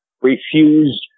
refused